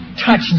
touch